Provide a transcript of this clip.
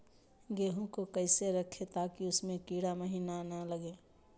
गेंहू को कैसे रखे ताकि उसमे कीड़ा महिना लगे?